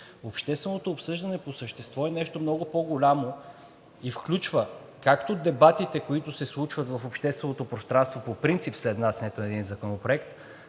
Общественото обсъждане по същество е нещо много по-голямо и включва както дебатите, които се включват в общественото пространство по принцип след внасянето на един законопроект,